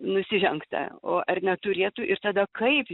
nusižengta o ar neturėtų ir tada kaip